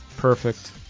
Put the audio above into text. perfect